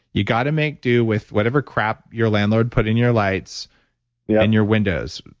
you got to make do with whatever crap your landlord put in your lights yeah and your windows.